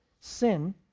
sin